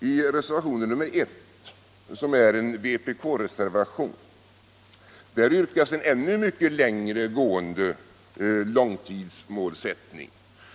I reservationen 1, som är en vpk-reservation, vrkas en ännu mycket längre gående långtidsmålsättning,